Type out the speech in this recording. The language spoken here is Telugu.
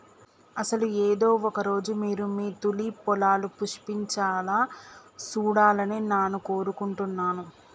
అసలు ఏదో ఒక రోజు మీరు మీ తూలిప్ పొలాలు పుష్పించాలా సూడాలని నాను కోరుకుంటున్నాను